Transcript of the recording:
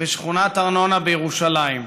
בשכונת ארנונה בירושלים,